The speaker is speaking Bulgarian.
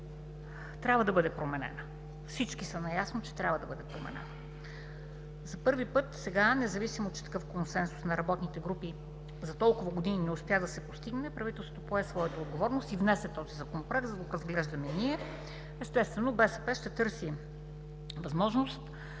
трябва да бъде променена. Всички са наясно, че трябва да бъде променена. За първи път сега, независимо че такъв консенсус на работните групи за толкова години не успя да се постигне, правителството пое своята отговорност и внесе този Законопроект, за да го разглеждаме ние. Естествено, БСП ще търси възможност